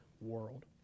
world